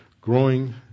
growing